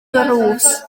drws